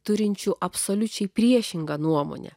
turinčių absoliučiai priešingą nuomonę